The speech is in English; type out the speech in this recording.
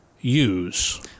use